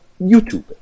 YouTube